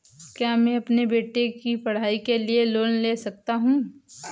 क्या मैं अपने बेटे की पढ़ाई के लिए लोंन ले सकता हूं?